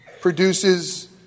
produces